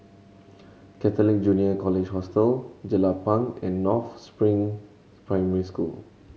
Catholic Junior College Hostel Jelapang and North Spring Primary School